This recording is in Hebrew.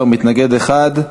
בעד, 13, מתנגד אחד.